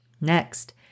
Next